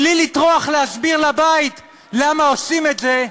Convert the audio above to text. מבלי לטרוח להסביר לבית למה עושים את זה,